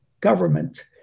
government